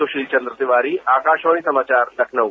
सुशील चंद्र तिवारी आकाशवाणी समाचार लखनऊ